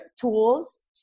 tools